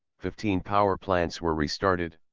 fifteen power plants were restarted.